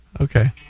Okay